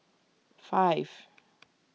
five